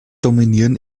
dominieren